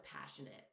passionate